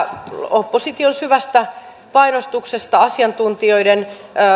opposition syvästä painostuksesta ja asiantuntijoiden